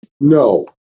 No